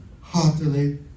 heartily